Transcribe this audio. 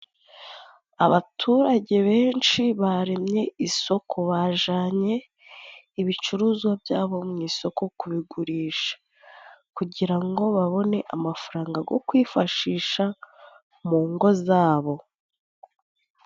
Abaturage benshi baremye isoko, bajyanye ibicuruzwa byabo mu isoko kubigurisha, kugira ngo babone amafaranga yo kwifashisha mu ngo zabo.